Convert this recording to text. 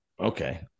Okay